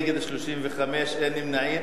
נגד, 35, אין נמנעים.